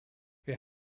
wir